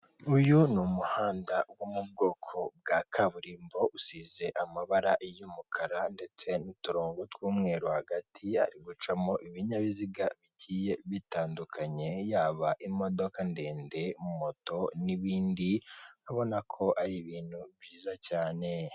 Uyu ni umuhanda wo mu bwoko bwa kaburimbo usize amabara y'umukara, ndetse n'uturongo tw'umweru hagati hari gucamo ibinyabiziga bigiye bitandukanye yaba imodoka ndende, moto, n'ibindi, urabona ko ari ibintu byiza cyane.